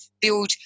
build